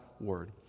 word